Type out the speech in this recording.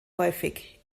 häufig